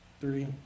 Three